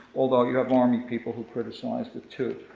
although you have army people who criticized it, too.